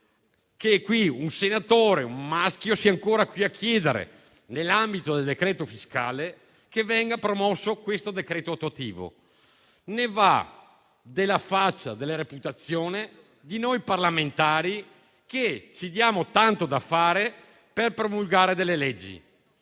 che un senatore, un maschio, sia ancora qui a chiedere che, nell'ambito del decreto fiscale, venga promosso il decreto attuativo. Ne va della faccia e della reputazione di noi parlamentari che ci diamo tanto da fare per promulgare delle leggi.